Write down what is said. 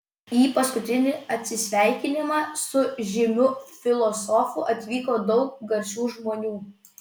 į paskutinį atsisveikinimą su žymiu filosofu atvyko daug garsių žmonių